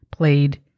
played